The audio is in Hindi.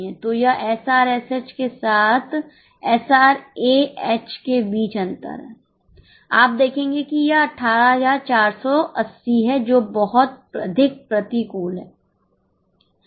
तो यह एसआरएसएच के बीच अंतर है आप देखेंगे कि यह 18480 है जो बहुत अधिक प्रतिकूल है